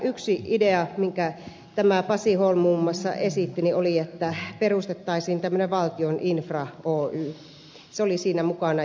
yksi idea minkä pasi holm muun muassa esitti oli että perustettaisiin tämmöinen valtion infra oy se oli siinä mukana